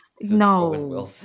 no